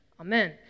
amen